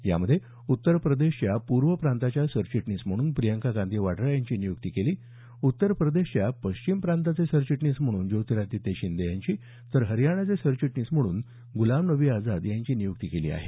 यामध्ये उत्तर प्रदेशच्या पूर्व प्रांताच्या सरचिटणीस म्हणून प्रियंका गांधी वड्ञा यांची नियुक्ती केली उत्तर प्रदेशच्या पश्चिम प्रांताचे सरचिटणीस म्हणून ज्योतिरादित्य शिंदे यांची तर हरियाणाचे सरचिटणीस म्हणून गुलाम नबी आझाद यांची नियुक्ती केली आहे